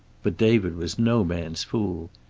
but david was no man's fool.